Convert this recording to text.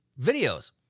videos